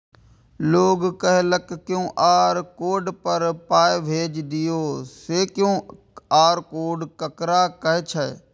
लोग कहलक QR code पर पाय भेज दियौ से क्यू.आर कोड ककरा कहै छै?